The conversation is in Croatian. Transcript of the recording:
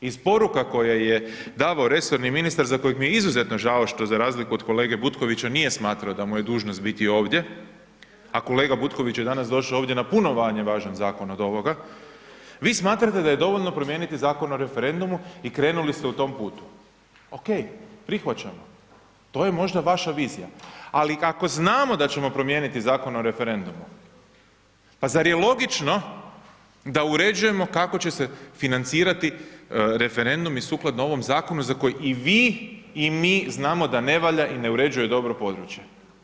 Iz poruka koje je davao resorni ministar, za kojeg mi je izuzetno žao što za razliku od kolege Butkovića nije smatrao da mu je dužnost biti ovdje, a kolega Butković je danas došao ovdje na puno … [[Govornik se ne razumije]] važan zakon od ovoga, vi smatrate da je dovoljno promijeniti Zakon o referendumu i krenuli ste u tom putu ok, prihvaćamo, to je možda vaša vizija, ali ako znamo da ćemo promijeniti Zakon o referendumu, pa zar je logično da uređujemo kako će se financirati referendumi sukladno ovom zakonu za koji i vi i mi znamo da ne valja i ne uređuje dobro područje.